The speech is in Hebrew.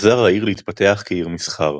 עזר לעיר להתפתח כעיר מסחר.